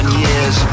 years